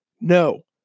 No